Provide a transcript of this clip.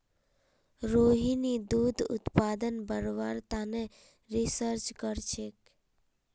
रोहिणी दूध उत्पादन बढ़व्वार तने रिसर्च करछेक